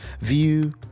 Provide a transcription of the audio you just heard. view